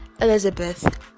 elizabeth